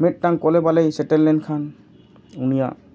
ᱢᱤᱫᱴᱟᱱ ᱠᱚᱞᱮ ᱵᱟᱞᱮᱭ ᱥᱮᱴᱮᱨ ᱞᱮᱱᱠᱷᱟᱱ ᱩᱱᱤᱭᱟᱜ